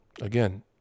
again